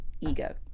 ego